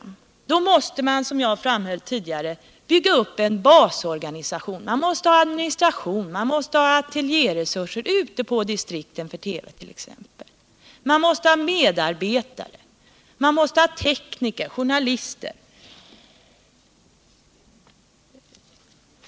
Men då måste man, som jag framhöll tidigare, bygga upp en viss organisation. Man måste ha administration, ateljéresurser för TV t.ex. Man måste ha medarbetare, tekniker, journalister.